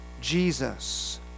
Jesus